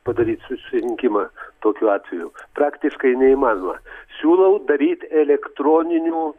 padaryt susirinkimą tokiu atveju praktiškai neįmanoma siūlau daryt elektroniniu